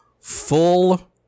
full